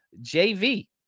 JV